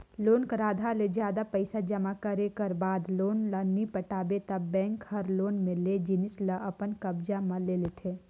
loan कर आधा ले जादा पइसा जमा करे कर बाद लोन ल नी पटाबे ता बेंक हर लोन में लेय जिनिस ल अपन कब्जा म ले लेथे